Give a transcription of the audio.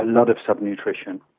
lot of sub-nutrition.